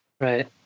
Right